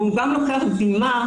והוא גם לוקח דגימה,